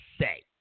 say